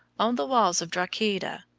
on the walls of drogheda,